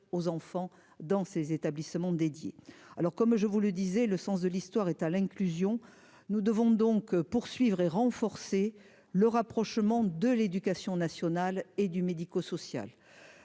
aux enfants dans ces établissements dédiés alors comme je vous le disais, le sens de l'histoire est à l'inclusion, nous devons donc poursuivre et renforcer le rapprochement de l'éducation nationale et du médico-social,